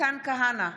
מתן כהנא,